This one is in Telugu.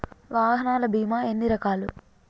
వాహనాల బీమా ఎన్ని రకాలు?